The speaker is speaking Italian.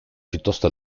piuttosto